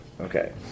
Okay